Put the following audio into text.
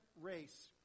race